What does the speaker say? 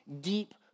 deep